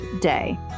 day